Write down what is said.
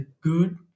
good